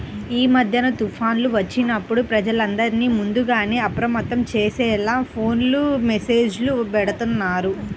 యీ మద్దెన తుఫాన్లు వచ్చినప్పుడు ప్రజలందర్నీ ముందుగానే అప్రమత్తం చేసేలా ఫోను మెస్సేజులు బెడతన్నారు